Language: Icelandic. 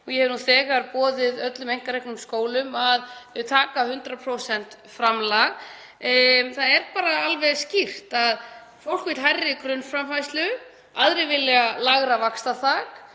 og ég hef nú þegar boðið öllum einkareknum skólum að taka 100% framlag. Það er bara alveg skýrt að fólk vill hærri grunnframfærslu, aðrir vilja lægra vaxtaþak,